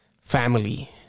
Family